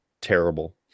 Terrible